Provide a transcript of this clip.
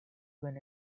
gun